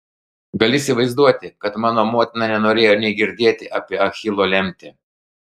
gali įsivaizduoti kad mano motina nenorėjo nė girdėti apie achilo lemtį